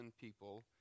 people